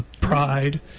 Pride